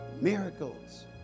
miracles